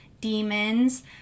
demons